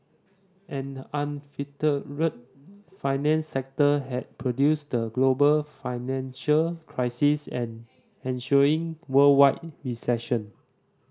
an unfettered financial sector had produced the global financial crisis and ensuing worldwide recession